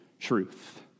truth